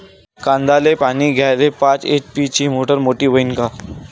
कांद्याले पानी द्याले पाच एच.पी ची मोटार मोटी व्हईन का?